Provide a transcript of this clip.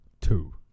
Two